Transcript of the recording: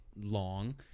long